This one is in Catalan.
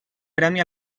premi